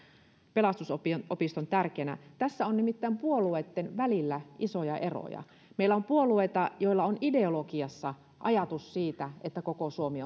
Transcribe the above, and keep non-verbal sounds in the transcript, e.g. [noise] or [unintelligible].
pelastusopiston tärkeänä tässä on nimittäin puolueitten välillä isoja eroja meillä on puolueita joilla on ideologiassaan ajatus siitä että koko suomi [unintelligible]